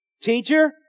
Teacher